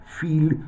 feel